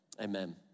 Amen